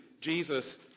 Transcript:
Jesus